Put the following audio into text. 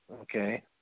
okay